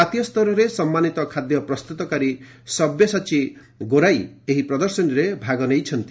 ଜାତୀୟ ସ୍ତରରେ ସମ୍ମାନିତ ଖାଦ୍ୟ ପ୍ରସ୍ତୁତକାରୀ ସବ୍ୟସାଚୀ ଗୋରାଇ ଏହି ପ୍ରଦର୍ଶନୀରେ ଭାଗ ନେଇଛନ୍ତି